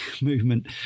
movement